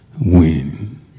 win